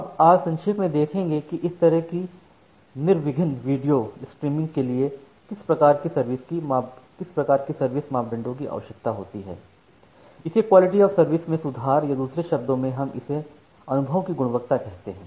अब आज संक्षेप में देखेंगे कि इस तरह की निर्विघ्ऩ वीडियो स्ट्रीमिंग के लिए किस प्रकार की सर्विस मापदंडों की आवश्यकता होती है इसे क्वालिटी ऑफ़ सर्विस में सुधार या दूसरे शब्दों में हम इसे अनुभव की गुणवत्ता कहते हैं